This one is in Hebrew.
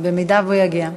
אם הוא יגיע.